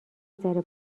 نگذره